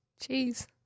cheese